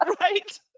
Right